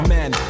Men